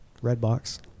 Redbox